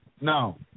No